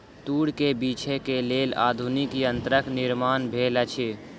तूर के बीछै के लेल आधुनिक यंत्रक निर्माण भेल अछि